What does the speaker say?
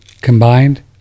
combined